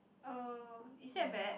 oh is that bad